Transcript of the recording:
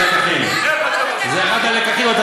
אתה צודק, זה אחד הלקחים.